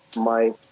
my